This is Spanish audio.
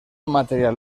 material